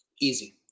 Easy